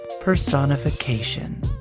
Personification